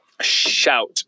Shout